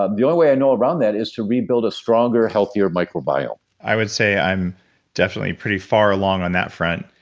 ah the only way i know around that is to rebuild a stronger, healthier microbiome i would say i'm definitely pretty far along on that front.